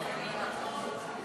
ההצעה עברה?